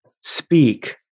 speak